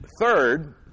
third